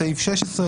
בסעיף 16,